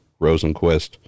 rosenquist